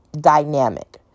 dynamic